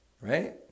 right